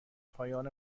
پایان